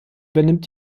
übernimmt